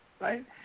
right